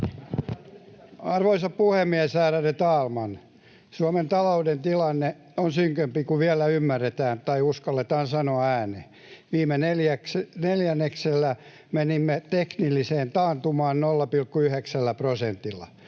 Arvoisa puhemies, ärade talman! Suomen talouden tilanne on synkempi kuin vielä ymmärretään tai uskalletaan sanoa ääneen. Viime neljänneksellä menimme tekniseen taantumaan 0,9 prosentilla.